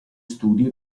studios